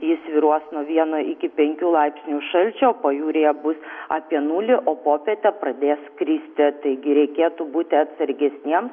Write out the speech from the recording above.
ji svyruos nuo vieno iki penkių laipsnių šalčio o pajūryje bus apie nulį o popietę pradės kristi taigi reikėtų būti atsargesniems